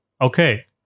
Okay